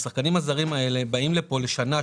השחקנים הזרים האלה באים לפה לשנה,